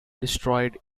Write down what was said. destroyed